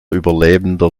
überlebender